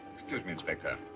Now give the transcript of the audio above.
excuse me, inspector.